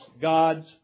God's